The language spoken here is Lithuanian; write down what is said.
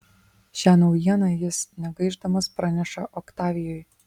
šią naujieną jis negaišdamas praneša oktavijui